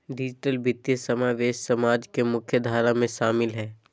digital वित्तीय समावेश समाज के मुख्य धारा में शामिल हइ